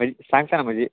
म्हणजे सांगता ना म्हणजे